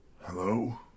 hello